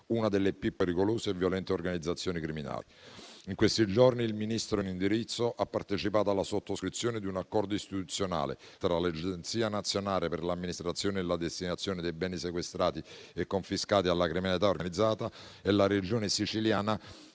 una delle più pericolose e violente organizzazioni criminali. In questi giorni il Ministro in indirizzo ha partecipato alla sottoscrizione di un accordo istituzionale tra l'Agenzia nazionale per l'amministrazione e la destinazione dei beni sequestrati e confiscati alla criminalità organizzata e la Regione Siciliana,